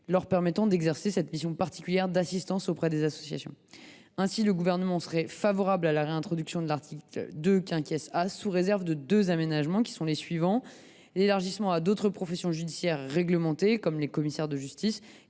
leur permettant d’exercer cette mission particulière d’assistance auprès des associations. Ainsi, le Gouvernement serait favorable à la réintroduction de l’article 2 A sous réserve de deux aménagements : l’élargissement à d’autres professions judiciaires réglementées, comme les commissaires de justice